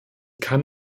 kann